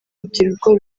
urubyiruko